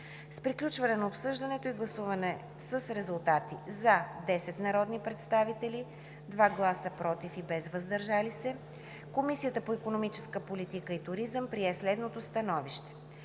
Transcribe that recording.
приключване на обсъждането и гласуване с резултати: „за“ – 10 народни представители, 2 гласа „против“ и без „въздържал се“, Комисията по икономическа политика и туризъм прие следното становище: